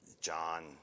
John